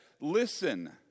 Listen